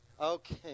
Okay